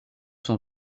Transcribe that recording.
sont